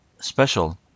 special